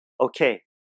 okay